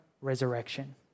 resurrection